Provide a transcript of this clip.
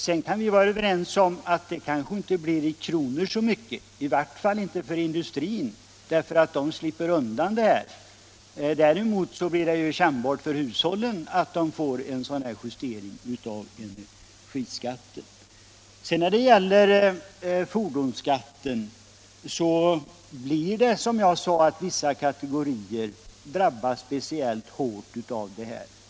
Sedan kan vi vara överens om att det i kronor räknat kanske inte blir så mycket — i vart fall inte för industrin, för den slipper undan. Däremot blir det kännbart för hushållen med en sådan här justering av energiskatten. När det gäller fordonsskatten blir det, som jag sade, så att vissa ka tegorier drabbas speciellt hårt.